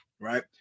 right